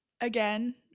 again